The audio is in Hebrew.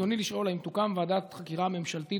רצוני לשאול: 1. האם תוקם ועדת חקירה ממשלתית